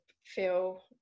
feel